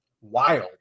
wild